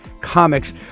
comics